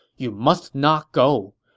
you must not go.